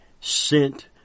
sent